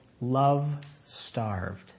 love-starved